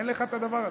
אין לך את הדבר הזה.